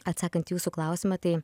atsakant į jūsų klausimą tai